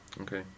Okay